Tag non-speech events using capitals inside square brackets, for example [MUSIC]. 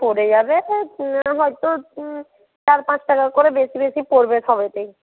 পড়ে যাবে [UNINTELLIGIBLE] হয়তো চার পাঁচ টাকা করে বেশি বেশি পড়বে সবেতেই